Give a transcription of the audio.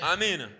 Amen